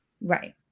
Right